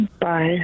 Bye